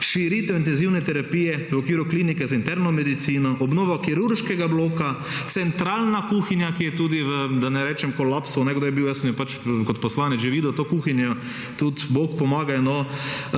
širitev intenzivne terapije v okviru klinike za interno medicino, obnova kirurškega bloka, centralna kuhinja, ki je tudi, da ne rečem v kolapsu, kdo je bil, jaz sem jo kot poslanec že videl to kuhinjo, tudi bog pomagaj,